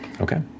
Okay